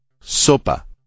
Sopa